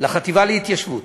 לחטיבה להתיישבות,